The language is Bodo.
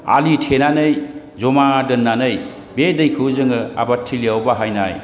आलि थेनानै जमा दोननानै बे दैखौ जों आबादथिलियाव बाहायनाय